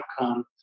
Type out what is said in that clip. outcome